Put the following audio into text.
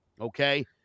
Okay